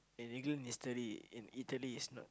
an England history and Italy is not